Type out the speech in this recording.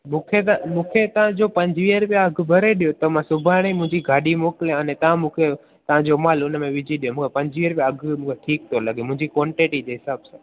मूंखे त मूंखे तव्हांजो पंजवीह रुपिया अघि भरे ॾियो त मां सुभाणे मुंहिंजी गाॾी मोकिलिया हाणे तव्हां मूंखे तव्हांजो माल हुनमें विझी ॾियो मूंखे पंजवीह रुपिया अघुि ठीकु थो लॻे मुंहिंजी क्वांटिटी जे हिसाबु सां